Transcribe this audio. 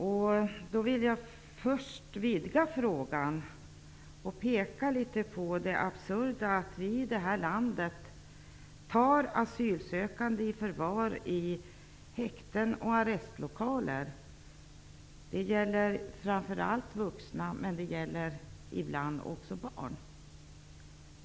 Först vill jag vidga frågan och peka på det absurda i att vi i Sverige tar asylsökande i förvar i häkten och arrestlokaler. Det gäller framför allt vuxna, men ibland också barn.